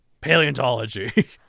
paleontology